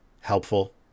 helpful